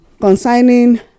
concerning